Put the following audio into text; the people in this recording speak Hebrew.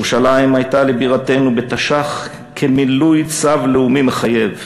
ירושלים הייתה לבירתנו בתש"ח כמילוי צו לאומי מחייב.